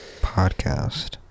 podcast